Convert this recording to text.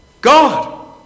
God